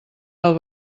del